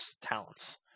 talents